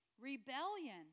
rebellion